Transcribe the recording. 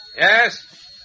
Yes